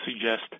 suggest